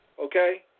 okay